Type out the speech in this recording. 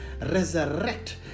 resurrect